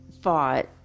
fought